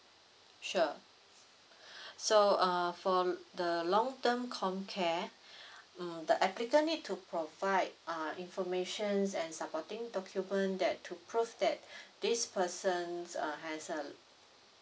sure so uh for the long term comm care mm the applicant need to provide uh informations and supporting document that to prove that this persons uh has a